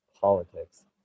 politics